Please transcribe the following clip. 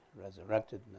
resurrected